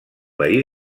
veí